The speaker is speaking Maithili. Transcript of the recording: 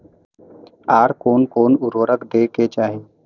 आर कोन कोन उर्वरक दै के चाही?